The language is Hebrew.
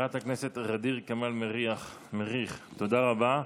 חברת הכנסת ע'דיר כמאל מריח, תודה רבה.